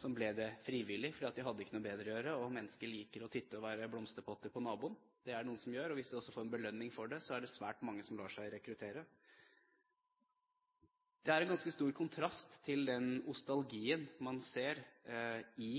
som ble det frivillig fordi de ikke hadde noe bedre å gjøre. Og mennesker liker å titte, «være blomsterpotter» på naboen – det er det noen som gjør – og hvis de også får belønning for det, er det svært mange som lar seg rekruttere. Det er en ganske stor kontrast til den ostalgien man ser i